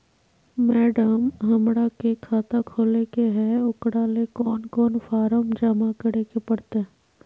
Madam, हमरा के खाता खोले के है उकरा ले कौन कौन फारम जमा करे परते?